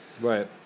right